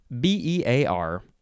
B-E-A-R